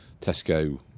Tesco